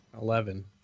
Eleven